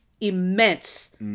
immense